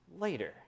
later